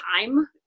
time